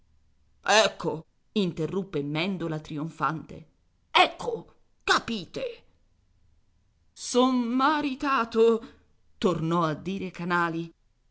ecco interruppe mèndola trionfante ecco capite son maritato tornò a dire canali